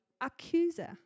accuser